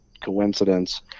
coincidence